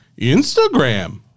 Instagram